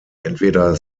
entweder